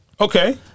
Okay